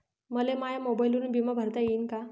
मले माया मोबाईलवरून बिमा भरता येईन का?